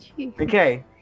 Okay